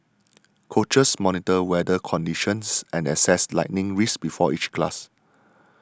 coaches monitor weather conditions and assess lightning risks before each class